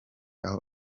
aho